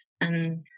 And-